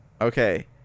Okay